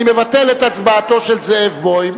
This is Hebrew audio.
אני מבטל את הצבעתו של זאב בוים,